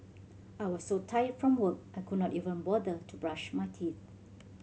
I was so tired from work I could not even bother to brush my teeth